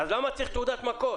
למה צריך תעודת מקור?